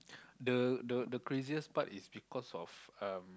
the the the craziest part is because of um